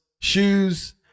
shoes